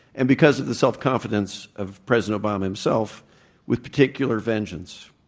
and because of the self-confidence of president obama himself with particular vengeance,